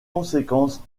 conséquence